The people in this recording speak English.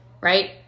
Right